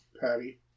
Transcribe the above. patty